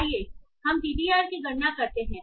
आइए हम टीटीआर की गणना करते हैं